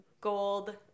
gold